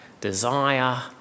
desire